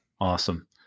Awesome